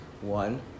One